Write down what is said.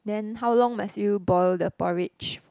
then how long must you boil the porridge